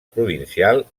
provincial